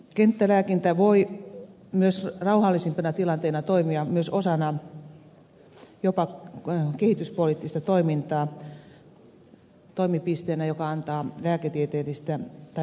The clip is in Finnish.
kenttälääkintä voi myös rauhallisessa tilanteessa toimia myös osana jopa kehityspoliittista toimintaa toimipisteenä joka antaa lääketieteellistä tai lääkinnällistä apua